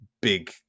big